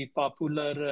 popular